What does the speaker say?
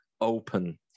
open